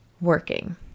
working